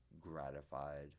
gratified